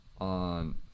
on